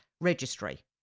registry